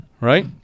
Right